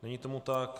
Není tomu tak.